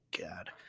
god